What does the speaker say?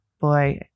boy